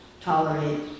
tolerate